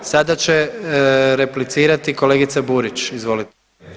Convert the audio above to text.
Sada će replicirati kolegica Burić, izvolite.